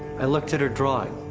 i looked at her drawing.